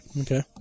Okay